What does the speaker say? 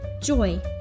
joy